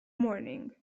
morning